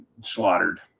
slaughtered